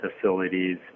facilities